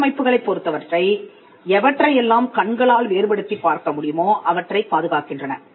வடிவமைப்புகளைப் பொருத்தவரை எவற்றையெல்லாம் கண்களால் வேறுபடுத்திப் பார்க்க முடியுமோ அவற்றைப் பாதுகாக்கின்றன